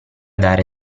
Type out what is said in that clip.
dare